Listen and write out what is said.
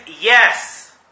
yes